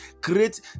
create